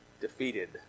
defeated